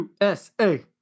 USA